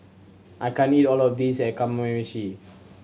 I can't eat all of this a Kamameshi